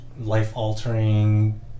life-altering